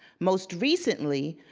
most recently,